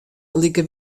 like